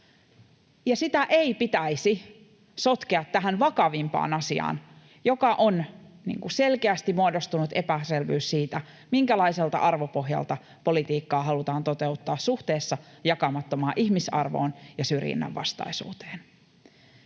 sitä ei pitäisi sotkea tähän vakavimpaan asiaan, joka on selkeästi muodostunut epäselvyys siitä, minkälaiselta arvopohjalta politiikkaa halutaan toteuttaa suhteessa jakamattomaan ihmisarvoon ja syrjinnänvastaisuuteen.